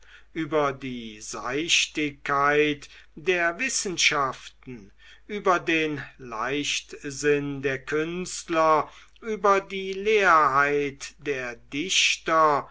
über die seichtigkeit der wissenschaften über den leichtsinn der künstler über die leerheit der dichter